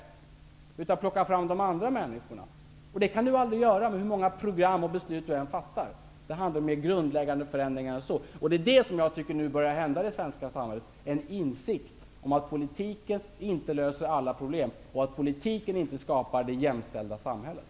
Det gäller att hjälpa fram de andra människorna. Men detta går inte att göra, hur många program det än fattas beslut om. Förändringarna är mer grundläggande än så. I det svenska samhället börjar man nu komma till insikt om att politiken inte löser alla problem och att politiken inte är lösningen på det jämställda samhället.